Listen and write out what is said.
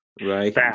right